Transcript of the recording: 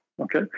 Okay